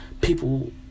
people